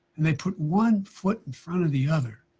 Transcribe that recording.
and they put one foot in front of the other,